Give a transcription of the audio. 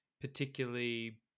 particularly